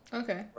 okay